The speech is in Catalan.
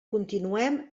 continuem